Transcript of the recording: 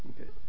Okay